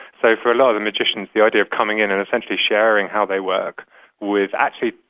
so for a lot of the magicians, the idea of coming in and essentially sharing how they work with actually,